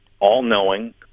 all-knowing